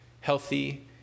healthy